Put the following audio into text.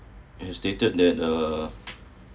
as stated that uh